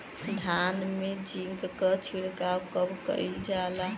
धान में जिंक क छिड़काव कब कइल जाला?